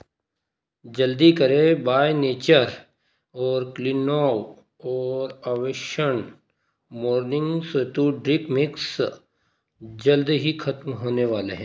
जल्दी करें by nature और क्लिनो और अवेषण मोर्निंग सेत्तू ड्रिक मिक्स जल्द ही खत्म होने वाले हैं